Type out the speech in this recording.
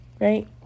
Right